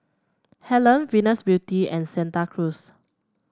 Helen Venus Beauty and Santa Cruz